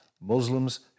Muslims